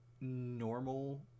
normal